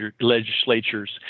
legislatures